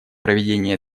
проведение